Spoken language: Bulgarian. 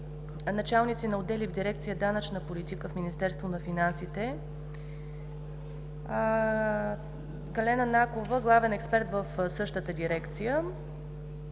„Данъчна политика“ в Министерството на финансите, Татяна Накова – главен експерт в същата дирекция;